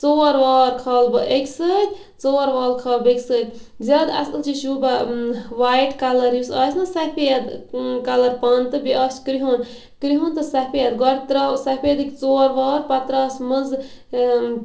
ژور وار کھالہٕ بہٕ اَکہِ سۭتۍ ژور وال کھالہٕ بیٚکہِ سۭتۍ زیاد اصل چھِ شوٗبان وایِٹ کَلَر یُس آسہِ نَہ سَفید کَلَر پَن تہٕ بیٚیہِ آسہِ کرہُن کرہُن تہٕ سَفید گۄڈٕ تراوٕ سَفیدٕکۍ ژور وار پَتہٕ تراوَس مَنزٕ